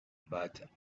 but